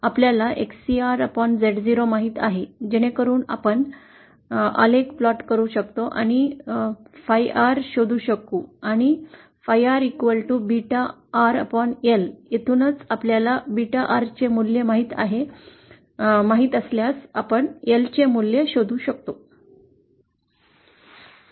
आपल्याला XcrZ0 माहित आहे जेणेकरून आपण आलेख रचू शकतो आणि phi R शोधू शकू आणि phi R L येथूनच आपल्याला beta R चे मूल्य माहित असल्यास आपण L चे मूल्य शोधू शकतो